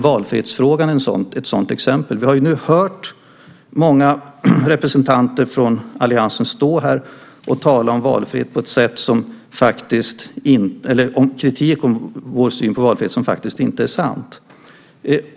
Valfrihetsfrågan är också ett sådant exempel. Vi har nu hört många representanter från alliansen kritisera vår syn på valfrihet på ett sätt som inte är sant.